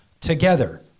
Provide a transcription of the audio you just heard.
together